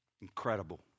Incredible